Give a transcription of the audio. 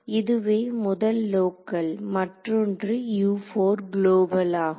இதுவே முதல் லோக்கல் மற்றொன்று குளோபல் ஆகும்